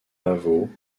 lavaux